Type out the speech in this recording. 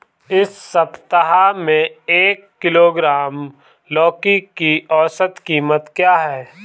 इस सप्ताह में एक किलोग्राम लौकी की औसत कीमत क्या है?